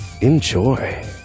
Enjoy